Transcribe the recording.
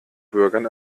bürgern